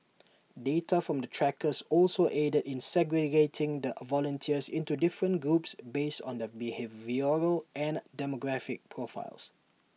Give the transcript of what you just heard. data from the trackers also aided in segregating the volunteers into different groups based on their behavioural and demographic profiles